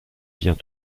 vient